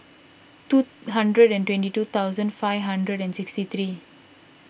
two hundred and twenty two thousand five hundred and sixty three